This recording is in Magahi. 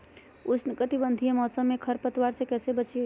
उष्णकटिबंधीय मौसम में खरपतवार से कैसे बचिये?